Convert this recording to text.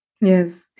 Yes